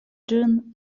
ĝin